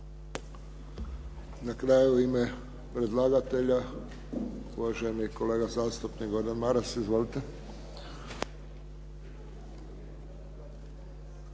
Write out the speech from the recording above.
Na kraju, u ime predlagatelja, uvaženi kolega zastupnik Gordan Maras. Izvolite.